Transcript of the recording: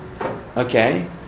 Okay